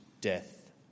death